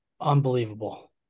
unbelievable